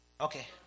Okay